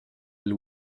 aile